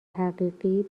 حقیقی